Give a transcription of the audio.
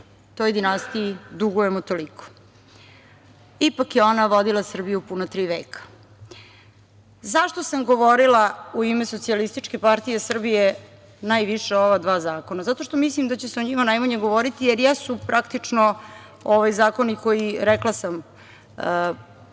toj dinastiji dugujemo toliko. Ipak je ona vodila Srbiju puna tri veka.Zašto sam govorila u ime SPS najviše o ova dva zakona? Zato što mislim da će se o njima najmanje govoriti, jer jesu praktično ovi zakoni koji, rekla sam, u ovom